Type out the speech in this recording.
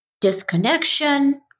disconnection